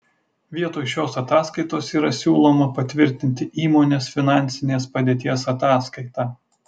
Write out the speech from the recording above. vietoj šios ataskaitos yra siūloma patvirtinti įmonės finansinės padėties ataskaitą